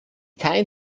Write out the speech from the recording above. kein